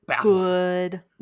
Good